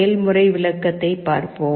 செய்முறை விளக்கத்தை பார்ப்போம்